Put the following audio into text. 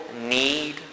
need